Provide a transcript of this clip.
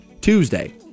Tuesday